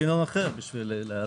היה מנגנון אחר כדי להיערך.